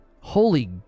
Holy